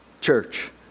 Church